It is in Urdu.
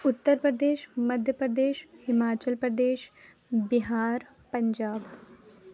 اتّر پردیش مدھیہ پردیش ہماچل پردیش بہار پنجاب